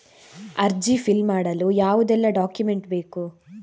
ಅರ್ಜಿ ಫಿಲ್ ಮಾಡಲು ಯಾವುದೆಲ್ಲ ಡಾಕ್ಯುಮೆಂಟ್ ಬೇಕು?